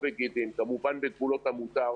דובר.